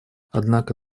однако